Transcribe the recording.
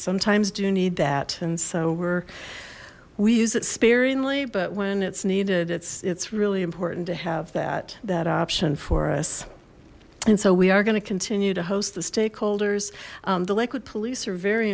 sometimes do you need that and so we're we use it sparingly but when it's needed it's it's really important to have that that option for us and so we are going to continue to host the stakeholders the lakewood police are very